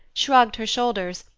shrugged her shoulders,